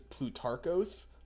Plutarchos